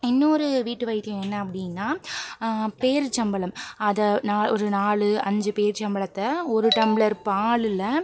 இன்னொரு வீட்டு வைத்தியம் என்ன அப்படின்னா பேரிச்சம்பழம் அதை நான் ஒரு நாலு அஞ்சு பேரிச்சம்பழத்தை ஒரு டம்பளர் பாலில்